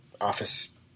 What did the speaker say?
office